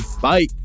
bye